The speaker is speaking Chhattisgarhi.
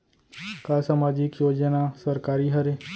का सामाजिक योजना सरकारी हरे?